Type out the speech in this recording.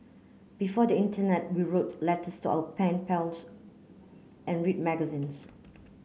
before the internet we wrote letters to our pen pals and read magazines